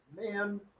man